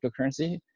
cryptocurrency